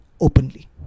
openly